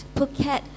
Phuket